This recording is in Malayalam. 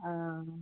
ആ